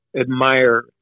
admire